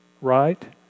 Right